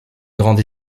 grande